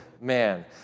man